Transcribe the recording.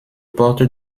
porte